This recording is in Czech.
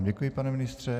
Děkuji vám, pane ministře.